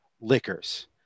liquors